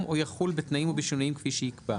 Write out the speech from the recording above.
או יחול בתנאים או בשינויים כפי שייקבע.